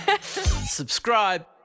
Subscribe